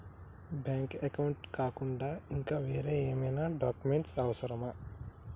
Bank account కాకుండా ఇంకా వేరే ఏమైనా డాక్యుమెంట్స్ అవసరమా?